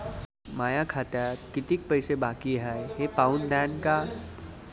माया खात्यात कितीक पैसे बाकी हाय हे पाहून द्यान का?